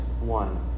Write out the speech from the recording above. one